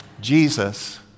Jesus